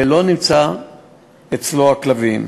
ולא נמצאו אצלו כלבים.